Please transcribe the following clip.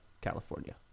California